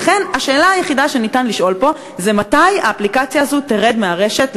לכן השאלה היחידה שניתן לשאול פה היא: מתי האפליקציה הזאת תרד מהרשת,